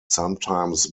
sometimes